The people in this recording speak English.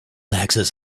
access